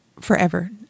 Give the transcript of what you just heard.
forever